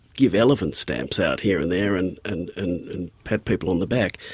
give elephant stamps out here and there and and and pat people on the back,